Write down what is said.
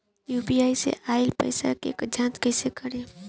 UPI से आइल पईसा के जाँच कइसे करब?